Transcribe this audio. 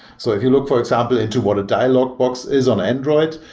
so if you look, for example, into what a dialogue box is on android,